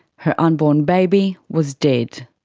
her unborn baby was dead.